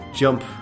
jump